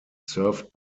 served